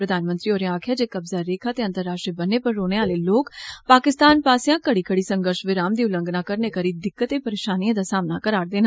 प्रधानमंत्री होरें आक्खेया जे कब्जा रेखा ते अंतर्राष्ट्रीय बन्नै पर रौहने आह्ले लोक पाकिस्तान पास्सैआ घड़ी घड़ी संघर्ष विराम दी उल्लंघना करने करी दिक्कतें परेशानिएं दा सामना करा रदे न